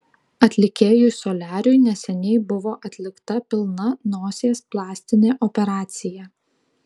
atlikėjui soliariui neseniai buvo atlikta pilna nosies plastinė operacija